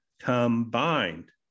combined